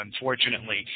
unfortunately